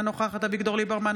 אינה נוכחת אביגדור ליברמן,